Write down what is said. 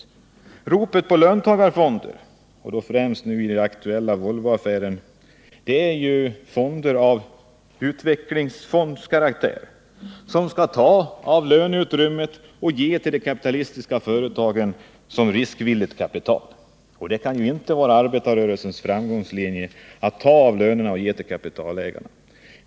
När man ropar på löntagarfonder — jag tänker främst på den aktuella Volvoaffären — så avser man utvecklingsfonder där en del av pengarna i löneutrymmet skall överföras till de kapitalistiska företagen som riskvilligt kapital. Det kan inte vara arbetarrörelsens framgångslinje att ta av lönerna och ge till kapitalägarna.